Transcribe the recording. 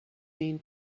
mean